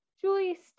Julie